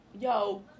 Yo